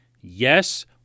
Yes